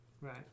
Right